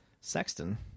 sexton